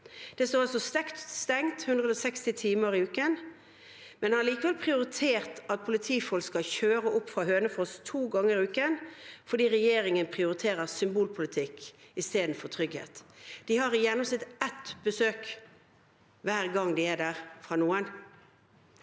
står stengt 160 timer i uken, men det er allikevel prioritert at politifolk skal kjøre opp fra Hønefoss to ganger i uken, fordi regjeringen prioriterer symbolpolitikk istedenfor trygghet. De har i gjennomsnitt ett besøk hver gang de er der. Det